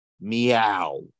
Meow